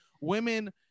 women